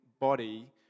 body